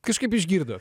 kažkaip išgirdo